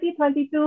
2022